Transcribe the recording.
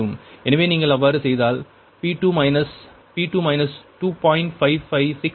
எனவே நீங்கள் அவ்வாறு செய்தால் P2 மைனஸ் P2 2